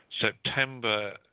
September